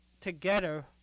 together